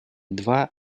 два